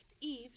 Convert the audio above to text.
Eve